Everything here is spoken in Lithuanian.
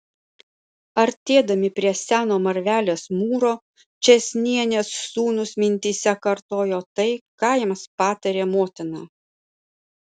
artėdami prie seno marvelės mūro čėsnienės sūnūs mintyse kartojo tai ką jiems patarė motina